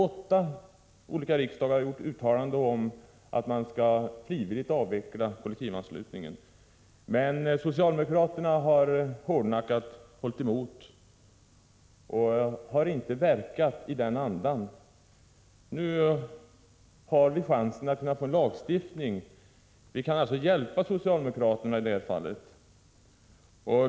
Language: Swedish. Åtta olika riksmöten har gjort uttalanden om att man frivilligt skall avveckla kollektivanslutningen. Men socialdemokraterna har inte tagit chansen utan har hårdnackat hållit emot. Man har inte verkat i den andan. Nu har vi chansen att få en lagstiftning. Vi kan alltså hjälpa socialdemokraterna i det här fallet.